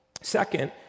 Second